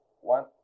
one